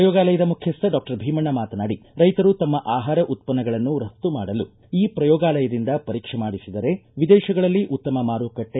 ಪ್ರಯೋಗಾಲಯದ ಮುಖ್ಯಸ್ವ ಡಾಕ್ಟರ್ ಭೀಮಣ್ಣ ಮಾತನಾಡಿ ರೈತರು ತಮ್ಮ ಆಹಾರ ಉತ್ಪನ್ನಗಳನ್ನು ರಘ್ತು ಮಾಡಲು ಈ ಪ್ರಯೋಗಾಲಯದಿಂದ ಪರೀಕ್ಷೆ ಮಾಡಿಸಿದರೆ ವಿದೇತಗಳಲ್ಲಿ ಉತ್ತಮ ಮಾರುಕಟ್ಟೆ